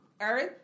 earth